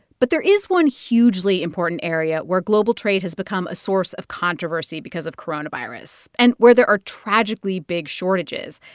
but there is one hugely important area where global trade has become a source of controversy because of coronavirus and where there are tragically big shortages.